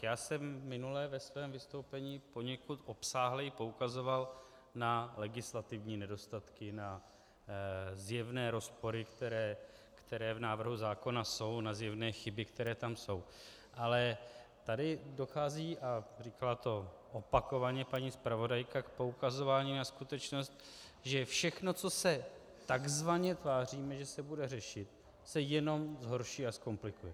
Já jsem minule ve svém vystoupení poněkud obsáhleji poukazoval na legislativní nedostatky, na zjevné rozpory, které v návrhu zákona jsou, na zjevné chyby, které tam jsou, ale tady dochází a říkala to opakovaně paní zpravodajka k poukazování na skutečnost, že všechno, co se takzvaně tváříme, že se bude řešit, se jenom zhorší a zkomplikuje.